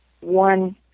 one